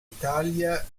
italia